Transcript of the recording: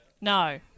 No